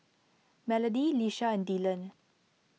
Melody Lisha and Dylan